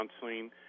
counseling